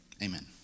Amen